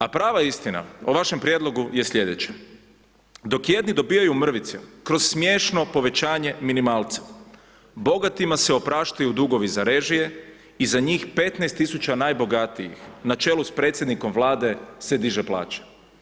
A prava istina o vašem prijedlogu je slijedeće, dok jedni dobivaju mrvice kroz smiješno povećanje minimalca, bogatima se opraštaju dugovi za režije i za njih 15.000 najbogatijih na čelu s predsjednikom Vlade se diže plaća.